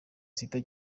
sita